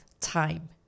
time